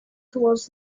towards